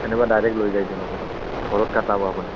সেনেকুৱা ডাৰেক্ট লৈ যায় দিম আপোনাক ঘৰত কটাব আপুনি